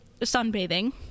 sunbathing